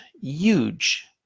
huge